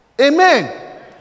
Amen